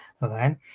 right